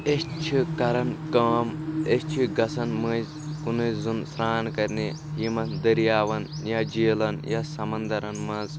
أسۍ چھ کران کأم أسۍ چھ گژھان مٔنٛزۍ کُنُے زوٚن سرٛان کرنہِ یِمن دٔرۍ یاون یا جیٖلن یا سمنٛدرن منٛز